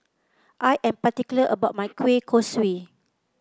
I am particular about my Kueh Kosui